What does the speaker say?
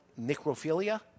Necrophilia